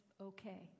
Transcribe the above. okay